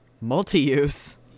Multi-use